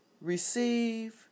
Receive